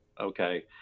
okay